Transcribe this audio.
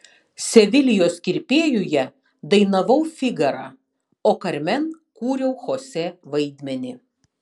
sevilijos kirpėjuje dainavau figarą o karmen kūriau chosė vaidmenį